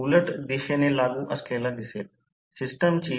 आता short circuit चाचणी येथे K 2